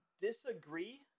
disagree